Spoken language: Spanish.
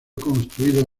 construido